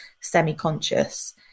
semi-conscious